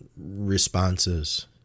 responses